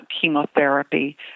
chemotherapy